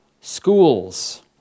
schools